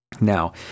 Now